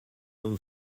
and